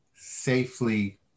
safely